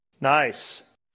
Nice